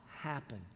happen